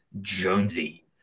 Jonesy